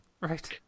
Right